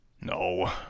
No